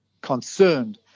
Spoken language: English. concerned